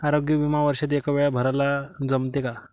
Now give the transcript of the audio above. आरोग्य बिमा वर्षात एकवेळा भराले जमते का?